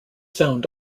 found